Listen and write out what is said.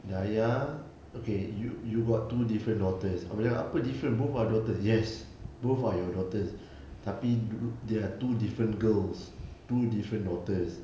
hidayah okay you you got two different daughters abah cakap apa different both are daughter yes both are your daughters tapi there are two different girls two different daughters